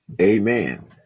Amen